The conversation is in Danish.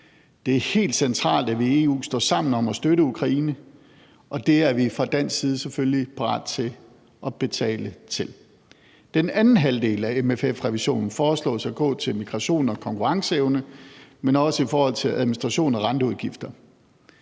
Det er helt centralt, at vi i EU står sammen om at støtte Ukraine, og det er vi fra dansk side selvfølgelig parat til at betale til. Den anden halvdel af MFF-revisionen foreslås at gå til migration og konkurrenceevne, men det er også i forhold til administration og renteudgifter.